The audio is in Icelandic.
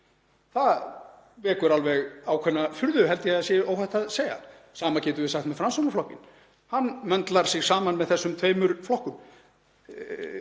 Það vekur ákveðna furðu, held ég að það sé óhætt að segja. Sama getum við sagt með Framsóknarflokkinn. Hann möndlar sig saman með þessum tveimur flokkum.